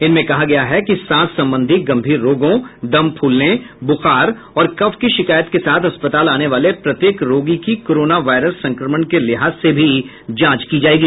इनमें कहा गया है कि सांस संबंधी गंभीर रोगों दम फूलने बुखार और कफ की शिकायत के साथ अस्पताल आने वाले प्रत्येक रोगी की कोरोना वायरस संक्रमण के लिहाज से भी जांच की जाएगी